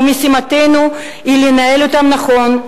ומשימתנו היא לנהל אותם נכון,